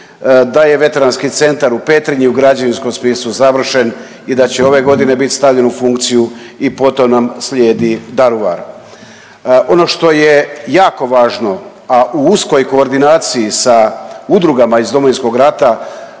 da je Veteranski centar u Petrinji u građevinskom smislu završen i da će ove godine biti stavljen u funkciju i potom nam slijedi Daruvar. Ono što je jako važno, a u uskoj koordinaciji sa udrugama iz Domovinskog rada